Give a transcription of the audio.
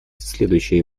следующие